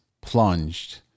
plunged